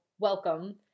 welcome